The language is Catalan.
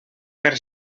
per